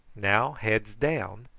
now heads down,